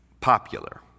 popular